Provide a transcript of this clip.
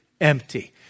empty